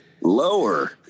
Lower